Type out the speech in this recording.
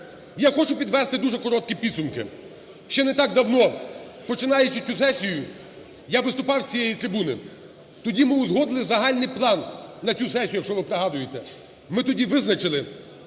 Я хочу підвести дуже короткі підсумки. Ще не так давно, починаючи цю сесію, я виступав з цієї трибуни. Тоді ми узгодити загальний план на цю сесію, якщо ви пригадуєте. Ми тоді визначили: